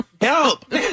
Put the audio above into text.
Help